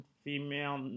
female